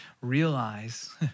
realize